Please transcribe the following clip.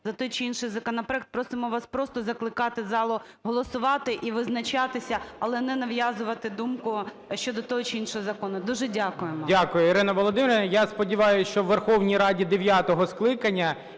за той чи інший законопроект. Просимо вас просто закликати залу голосувати і визначатися, але не нав'язувати думку щодо того чи іншого закону. Дуже дякуємо. ГОЛОВУЮЧИЙ. Дякую, Ірино Володимирівно. Я сподіваюсь, що у Верховній Раді дев'ятого скликання,